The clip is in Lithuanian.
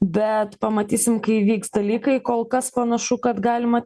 bet pamatysim kai vyks dalykai kol kas panašu kad galima